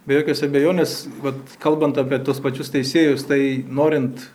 be jokios abejonės vat kalbant apie tuos pačius teisėjus tai norint